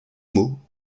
mots